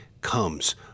comes